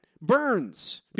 Burns